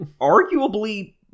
arguably